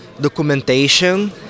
documentation